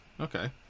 okay